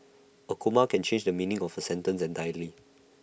A comma can change the meaning of A sentence entirely